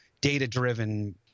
data-driven